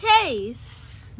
Chase